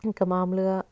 ఇంకా మామూలుగా